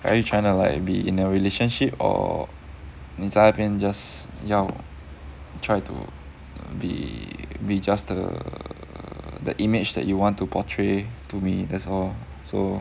are you trying like be in a relationship or 你在那边 just 要 try to be be just the err the image that you want to portray to me that's all so